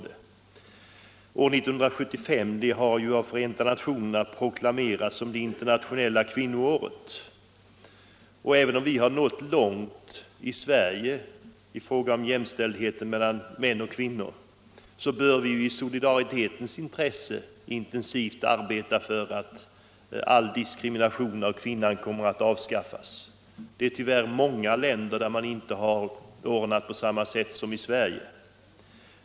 År 1975 har av Förenta nationerna proklamerats som det internationella kvinnoåret. Även om vi har nått långt i Sverige i fråga om jämställdhet mellan män och kvinnor bör vi i solidaritetens intresse intensivt arbeta för att all diskriminering av kvinnan kommer att avskaffas. Det är tyvärr många länder som inte har det ordnat på samma sätt som Sverige.